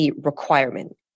requirement